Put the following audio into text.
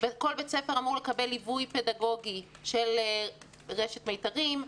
כל בית-ספר אמור לקבל ליווי פדגוגי של רשת "מיתרים",